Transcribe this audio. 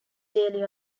daily